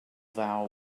vow